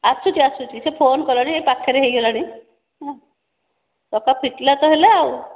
ଆସୁଛି ଆସୁଛି ସିଏ ଫୋନ୍ କଲାଣି ଏଇ ପାଖରେ ହୋଇଗଲାଣି ଚକା ଫିଟିଲା ତ ହେଲା ଆଉ